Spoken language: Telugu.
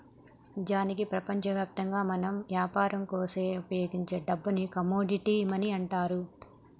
నిజానికి ప్రపంచవ్యాప్తంగా మనం యాపరం కోసం ఉపయోగించే డబ్బుని కమోడిటీ మనీ అంటారు